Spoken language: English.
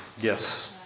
Yes